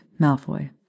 Malfoy